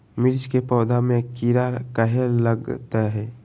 मिर्च के पौधा में किरा कहे लगतहै?